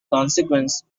consequence